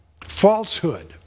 falsehood